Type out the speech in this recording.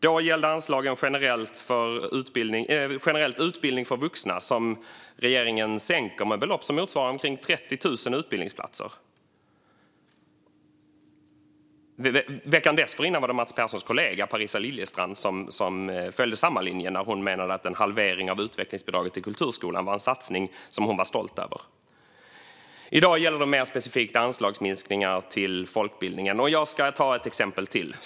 Då gällde det anslagen generellt för vuxna, som regeringen sänker med belopp som motsvarar omkring 30 000 utbildningsplatser. Veckan dessförinnan följde Mats Perssons kollega Parisa Liljestrand följde samma linje när hon menade att en halvering av utvecklingsbidraget till kulturskolan var en satsning hon var stolt över. I dag gäller det mer specifikt anslagsminskningar på folkbildningen. Låt mig ta ett exempel till.